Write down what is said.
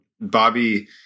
Bobby